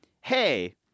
hey